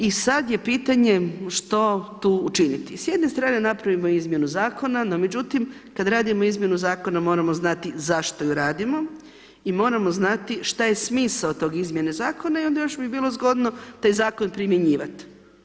I sad je pitanje što tu učiniti, s jedne strane napravimo izmjenu zakona no međutim kad radimo izmjenu zakona moramo znati zašto ju radimo i moramo znati šta je smisao tog izmjene zakona i onda još bi bilo zgodno taj zakon primjenjivat.